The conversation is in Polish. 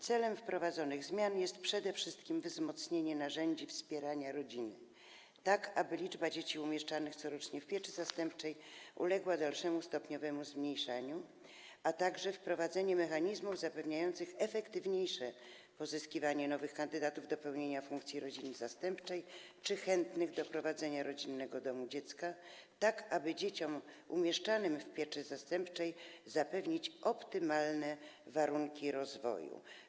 Celem wprowadzonych zmian jest przede wszystkim wzmocnienie narzędzi wspierania rodziny tak, aby liczba dzieci umieszczanych corocznie w pieczy zastępczej uległa dalszemu stopniowemu zmniejszaniu, a także wprowadzenie mechanizmów zapewniających efektywniejsze pozyskiwanie nowych kandydatów do pełnienia funkcji rodziny zastępczej czy chętnych do prowadzenia rodzinnego domu dziecka tak, aby dzieciom umieszczanym w pieczy zastępczej zapewnić optymalne warunki rozwoju.